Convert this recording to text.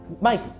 Mike